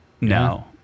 no